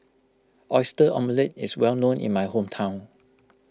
Oyster Omelette is well known in my hometown